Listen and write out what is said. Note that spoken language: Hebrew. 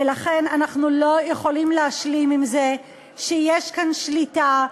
ולכן אנחנו לא יכולים להשלים עם זה שיש כאן שליטה,